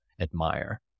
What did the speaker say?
admire